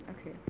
Okay